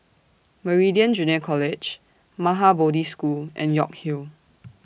Meridian Junior College Maha Bodhi School and York Hill